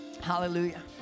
Hallelujah